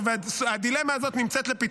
מי גזען פה?